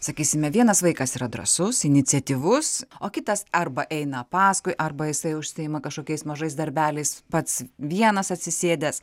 sakysime vienas vaikas yra drąsus iniciatyvus o kitas arba eina paskui arba jisai užsiima kažkokiais mažais darbeliais pats vienas atsisėdęs